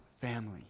family